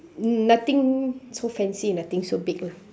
nothing so fancy nothing so big lah